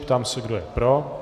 Ptám se, kdo je pro.